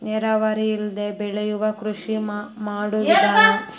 ನೇರಾವರಿ ಇಲ್ಲದೆ ಬೆಳಿಯು ಕೃಷಿ ಮಾಡು ವಿಧಾನಾ